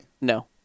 No